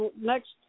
next